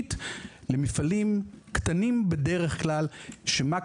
הגיונית למפעלים קטנים בדרך כלל שהמחזור